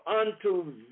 unto